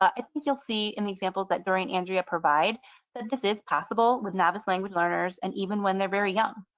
i think you'll see in the examples that during andrea provide that this is possible with novice language learners. and even when they're very young.